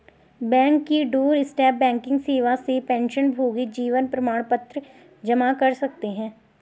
bank की doorstep banking सेवा से पेंशनभोगी जीवन प्रमाण पत्र जमा कर सकते हैं